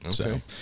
Okay